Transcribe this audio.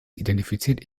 identifiziert